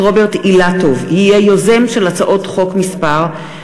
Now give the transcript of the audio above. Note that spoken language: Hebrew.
רוברט אילטוב יהיה יוזם של הצעות חוק פ/836/19,